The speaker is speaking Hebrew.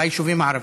ביישובים הערביים.